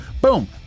boom